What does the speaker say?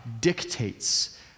dictates